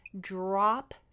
drop